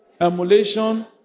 emulation